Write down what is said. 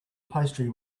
pastry